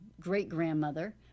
great-grandmother